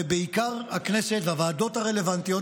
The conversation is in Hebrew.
ובעיקר הכנסת והוועדות הרלוונטיות,